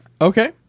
Okay